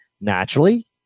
naturally